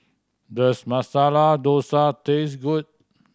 does Masala Dosa taste good